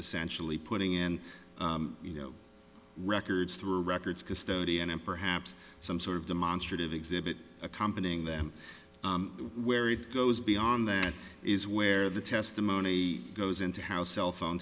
essentially putting in you know records through a records custodian and perhaps some sort of demonstrative exhibit accompanying them where it goes beyond that is where the testimony goes into how cellphone